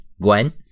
Gwen